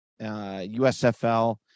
USFL